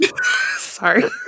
Sorry